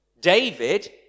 David